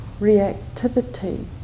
reactivity